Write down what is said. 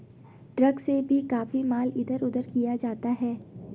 truck से भी काफी माल इधर उधर किया जाता है